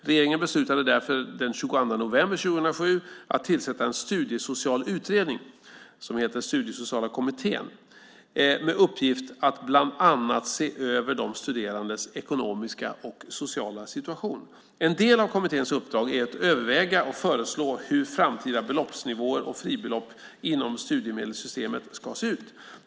Regeringen beslutade därför den 22 november 2007 att tillsätta en studiesocial utredning - Studiesociala kommittén med uppgift att bland annat se över de studerandes ekonomiska och sociala situation. En del av kommitténs uppdrag är att överväga och föreslå hur framtida beloppsnivåer och fribelopp inom studiemedelssystemet ska se ut.